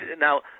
Now